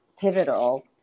pivotal